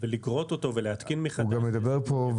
הוא גם אומר פה,